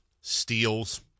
steals